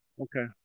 Okay